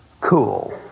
cool